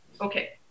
okay